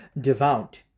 devout